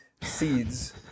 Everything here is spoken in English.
seeds